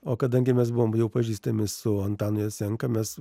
o kadangi mes buvom jau pažįstami su antanu jasenka mes